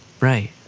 Right